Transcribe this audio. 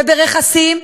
וברכסים,